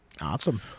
Awesome